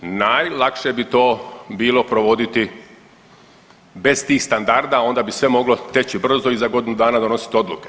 Najlakše bi to bilo provoditi bez tih standarda, onda bi sve moglo teći brzo i za godinu dana donositi odluke.